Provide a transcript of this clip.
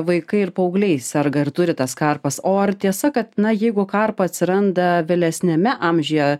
vaikai ir paaugliai serga ir turi tas karpas o ar tiesa kad na jeigu karpa atsiranda vėlesniame amžiuje